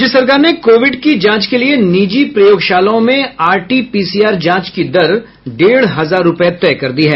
राज्य सरकार ने कोविड की जांच के लिए निजी प्रयोगशालाओं में आरटीपीसीआर जांच की दर डेढ़ हजार रूपये तय कर दी है